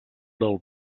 del